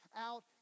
out